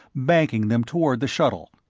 banking them toward the shuttle.